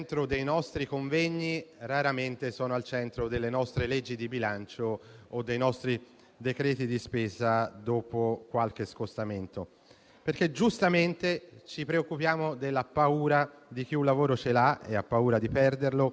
infatti ci preoccupiamo dei timori di chi un lavoro ce l'ha e ha paura di perderlo, ma altrettanto giustamente dovremmo preoccuparci dei sogni di chi un lavoro non ce l'ha e lo sta cercando,